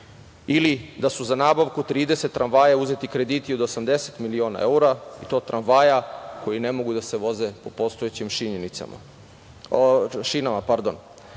ili da su za nabavku 30 tramvaja uzeti krediti od 80 miliona evra i to tramvaja koji ne mogu da se voze po postojeći šinama. Da